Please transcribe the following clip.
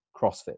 CrossFit